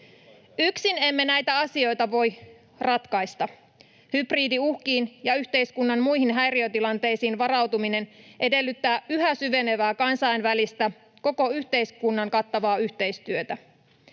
Yksin emme näitä asioita voi ratkaista. Hybridiuhkiin ja yhteiskunnan muihin häiriötilanteisiin varautuminen edellyttää yhä syvenevää kansainvälistä, koko yhteiskunnan kattavaa yhteistyötä.